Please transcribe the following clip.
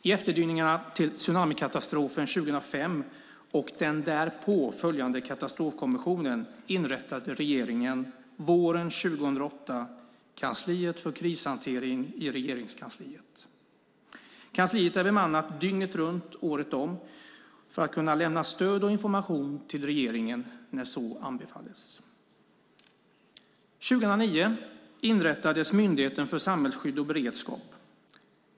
I efterdyningarna till tsunamikatastrofen 2005 och den därpå följande katastrofkommissionen inrättade regeringen våren 2008 kansliet för krishantering i Regeringskansliet. Kansliet är bemannat dygnet runt året om för att kunna lämna stöd och information till regeringen, när så anbefalles. År 2009 inrättades Myndigheten för samhällsskydd och beredskap.